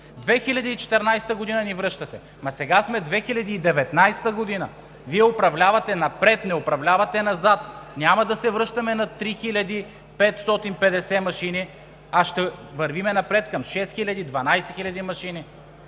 2014 г. ни връщате, ама сега сме 2019 г. Вие, управлявате напред, не управлявате назад! Няма да се връщаме на 3555 машини, а ще вървим напред към 6 хиляди,